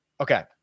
okay